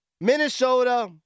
Minnesota